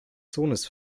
sohnes